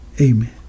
Amen